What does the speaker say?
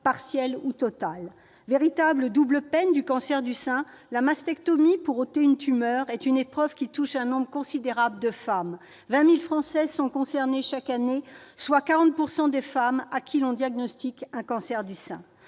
partielle ou totale. Véritable double peine du cancer du sein, la mastectomie pour ôter une tumeur est une épreuve qui touche un nombre considérable de femmes : 20 000 Françaises sont concernées chaque année, soit 40 % des femmes à qui l'on diagnostique un cancer du sein.